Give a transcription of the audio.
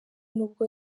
nubwo